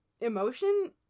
emotion